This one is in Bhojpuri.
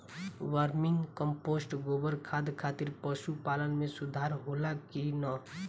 वर्मी कंपोस्ट गोबर खाद खातिर पशु पालन में सुधार होला कि न?